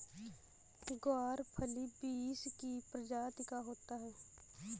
ग्वारफली बींस की प्रजाति का होता है